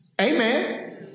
Amen